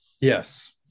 yes